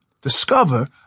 Discover